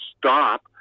stop